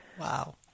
Wow